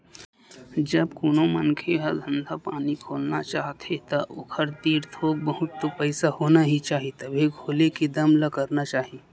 जब कोनो मनखे ह धंधा पानी खोलना चाहथे ता ओखर तीर थोक बहुत तो पइसा होना ही चाही तभे खोले के दम ल करना चाही